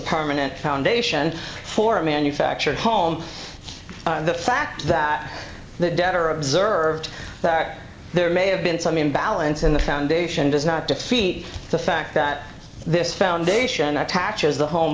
permanent foundation for a manufactured home and the fact that the debtor observed that there may have been some imbalance in the foundation does not defeat the fact that this foundation attaches the home